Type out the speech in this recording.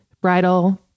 bridal